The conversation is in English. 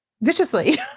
viciously